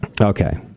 Okay